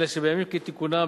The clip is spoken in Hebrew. אלא שבימים כתיקונם,